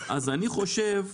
אני חושב,